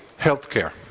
healthcare